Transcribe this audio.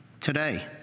today